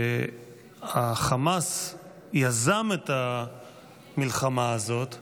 שחמאס יזם את המלחמה הזאת,